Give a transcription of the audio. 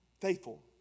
Faithful